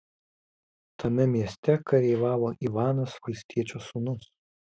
tame mieste kareiviavo ivanas valstiečio sūnus